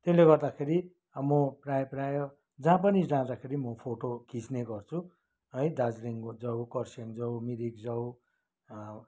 त्यसले गर्दाखेरि अब म प्रायः प्रायः जहाँ पनि जाँदाखेरि म फोटो खिच्ने गर्छु है दार्जिलिङ जाउँ कर्सियङ जाउँ मिरिक जाउँ